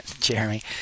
Jeremy